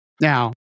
Now